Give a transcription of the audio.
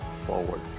forward